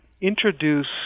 introduce